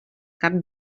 cap